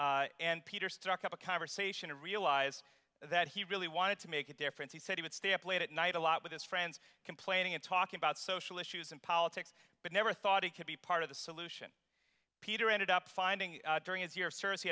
deli and peter struck up a conversation and realize that he really wanted to make a difference he said he would stay up late at night a lot with his friends complaining and talking about social issues and politics but never thought he could be part of the solution peter ended up finding during his year